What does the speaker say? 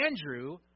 Andrew